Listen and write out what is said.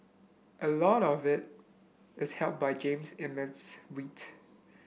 a lot of it is helped by Jean's immense wit